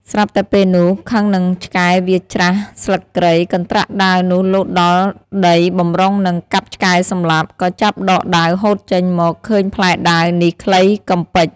ស្រាប់តែពេលនោះខឹងនឹងឆ្កែវាច្រាសស្លឹកគ្រៃ កន្ដ្រាក់ដាវនោះលោតដល់ដីបំរុងនឹង កាប់ឆ្កែសំលាប់ ក៏ចាប់ដកដាវហូតចេញមកឃើញផ្លែដាវនេះខ្លីកំប៉ិច។